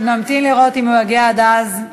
נמתין לראות אם הוא יגיע עד אז.